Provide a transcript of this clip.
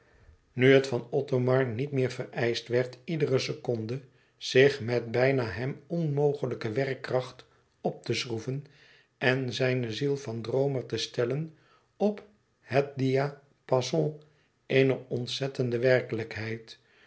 nu het van othomar niet meer vereischt werd iedere seconde zich met bijna hem onmogelijke werkkracht e ids aargang op te schroeven en zijne ziel van droomer te stellen op het diapason eener ontzettende werkelijkheid